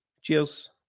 Cheers